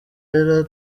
yari